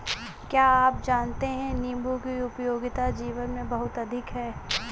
क्या आप जानते है नीबू की उपयोगिता जीवन में बहुत अधिक है